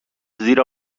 زیرا